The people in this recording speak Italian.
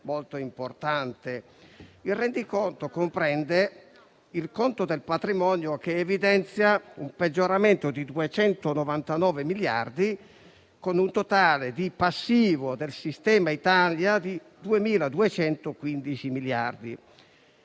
Il rendiconto comprende il conto del patrimonio, che evidenzia un peggioramento di 299 miliardi, con un totale di passivo del sistema Italia di 2.215 miliardi.